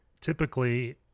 typically